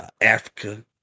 Africa